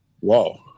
wow